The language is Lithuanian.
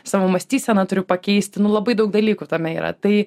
savo mąstyseną turiu pakeisti nu labai daug dalykų tame yra tai